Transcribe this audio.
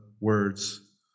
words